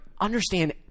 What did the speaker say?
understand